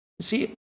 see